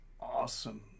awesome